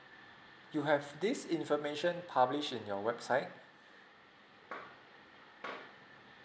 you have this information publish in your website